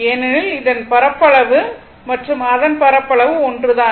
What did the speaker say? ஏனெனில் இதன் பரப்பளவு மற்றும் அதன் பரப்பளவு ஒன்றுதான்